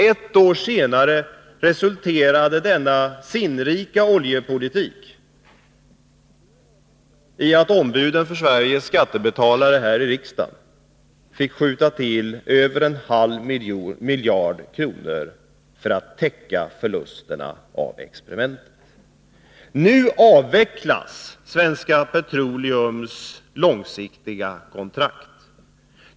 Ett år senare resulterade denna sinnrika oljepolitik i att ombuden för Sveriges skattebetalare här i riksdagen fick skjuta till över en halv miljard kronor för att täcka förlusterna av experimentet. Nu avvecklas Svenska Petroleums långsiktiga kontrakt.